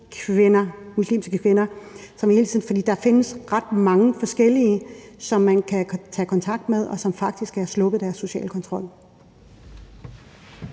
debattører, muslimske kvinder, som hele tiden er på, for der findes ret mange forskellige, som man kan tage kontakt til, og som faktisk har sluppet den sociale kontrol.